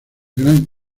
gran